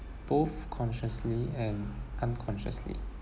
both consciously and unconsciously